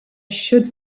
should